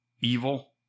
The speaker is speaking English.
evil